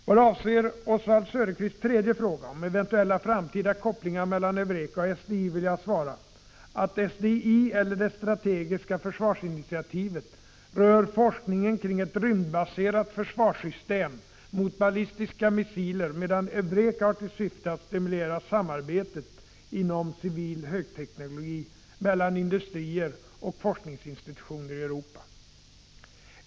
Vad avser Oswald Söderqvists tredje fråga om eventuella framtida kopplingar mellan EUREKA och SDI vill jag svara att SDI eller det strategiska försvarsinitiativet rör forskningen kring ett rymdbaserat försvarssystem mot ballistiska missiler, medan EUREKA har till syfte att stimulera samarbetet inom civil högteknologi mellan industrier och forskningsinstitutioner i Europa.